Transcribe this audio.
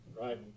Right